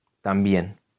también